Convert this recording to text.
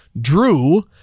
drew